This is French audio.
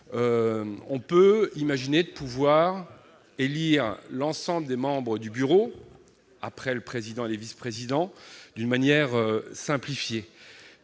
on peut imaginer qu'il est possible d'élire l'ensemble des membres du bureau, après le président et les vice-présidents, de manière simplifiée.